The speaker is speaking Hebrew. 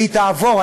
והיא תעבור,